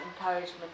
encouragement